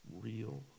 real